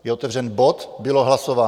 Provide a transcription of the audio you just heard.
Je otevřen bod, bylo hlasováno.